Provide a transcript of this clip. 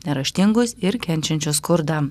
neraštingus ir kenčiančius skurdą